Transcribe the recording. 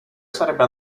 sarebbe